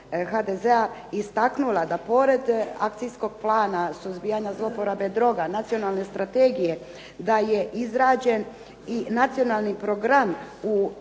HDZ-a istaknula da pored Akcijskog plana suzbijanja zlouporabe droga, Nacionalne strategije, da je izrađen i Nacionalni program u